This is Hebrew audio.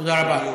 תודה רבה.